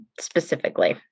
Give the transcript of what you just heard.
specifically